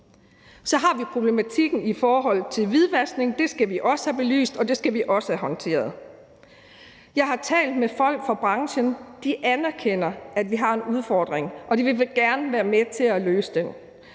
Så har vi problematikken i forhold til hvidvaskning. Det skal vi også have belyst, og det skal vi også have håndteret. Jeg har talt med folk fra branchen. De anerkender, at vi har en udfordring, og de vil gerne være med til at løse den.